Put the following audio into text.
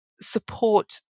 support